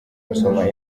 nsoma